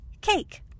cake